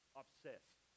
obsessed